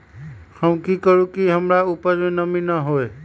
हम की करू की हमार उपज में नमी होए?